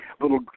little